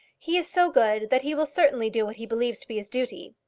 he is so good that he will certainly do what he believes to be his duty.